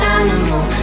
animal